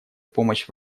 помощь